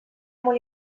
molt